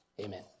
Amen